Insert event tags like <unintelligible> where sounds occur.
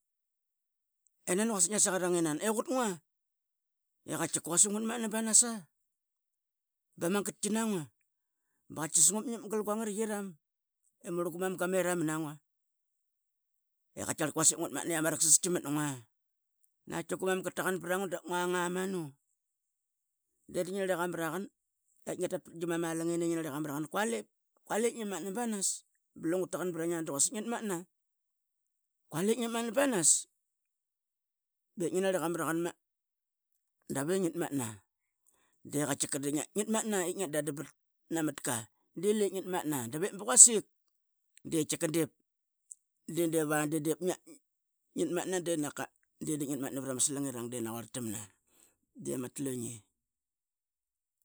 I nani quasik ngias a qrang inan i qut ngua i qatkika qut ngua i quasik ngutmatna banas a ba ma gatki na ngua. Qa tkias ngu ngiap gal gua ngariqiram i mur gumam qa meram ma na ngua l qatkiaqar quasik iama raqasasqi mat ngua. Naqatki gu mam qa taqan pra ngua dap ngungang a manu de narli qa maraqan ep ngia tat pat gia mam a langeni i ngi narli qa ma raqan. Qua lep ngia matna banas blu ngu taqan pra ngia du quasik ngitmat qua lep ngitmatna banas. Be ngi narli qa maraqan ma da ve ngitmatna da. Da vep ba quasik di tkika deva di dip <unintelligible> di dip ngitmatna pra ma slangirang di na quarl tamna di iama tlu ngi.